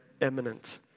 eminent